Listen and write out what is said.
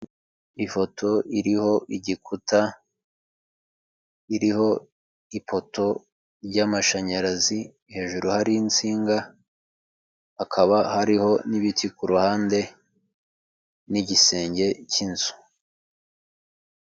ifoto iriho igikuta iriho ipoto y'amashanyarazi hejuru hariho insinga hakaba hariho n'ibiti ku ruhande n'igisenge cy'inzu.